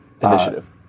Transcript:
Initiative